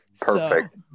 Perfect